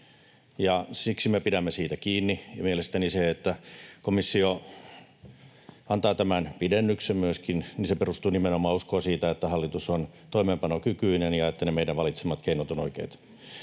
siksi me pidämme siitä kiinni, ja mielestäni myöskin se, että komissio antaa tämän pidennyksen, perustuu nimenomaan uskoon siitä, että hallitus on toimeenpanokykyinen ja että ne meidän valitsemat keinot ovat oikeat.